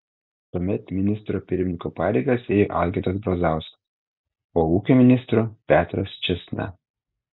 tuomet ministro pirmininko pareigas ėjo algirdas brazauskas o ūkio ministro petras čėsna